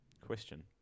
Question